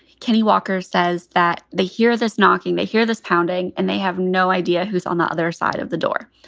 kenny walker says that they hear this knocking, they hear this pounding, and they have no idea who's on the other side of the door.